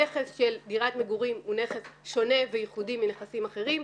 הנכס של דירת מגורים הוא נכס שונה וייחודי מנכסים אחרים.